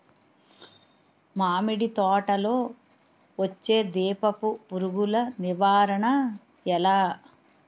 మామిడి తోటలో వచ్చే దీపపు పురుగుల నివారణ ఎలా?